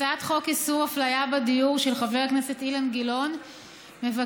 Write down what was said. הצעת חוק איסור הפליה בדיור של חבר הכנסת אילן גילאון מבקשת